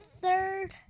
third